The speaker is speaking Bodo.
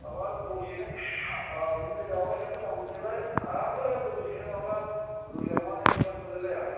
माबा दसेनो औ मुलि जाबा एसे मोजां मोनसैलाय आमफ्राय दसेनो माबा गोजांनानै सियानो थोलाइलाया